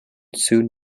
soon